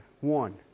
One